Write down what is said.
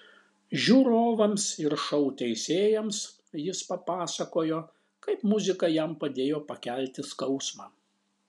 žiūrovams ir šou teisėjams jis papasakojo kaip muzika jam padėjo pakelti skausmą